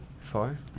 Four